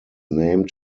name